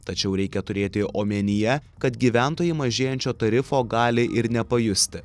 tačiau reikia turėti omenyje kad gyventojai mažėjančio tarifo gali ir nepajusti